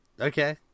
Okay